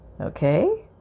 okay